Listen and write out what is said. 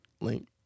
Link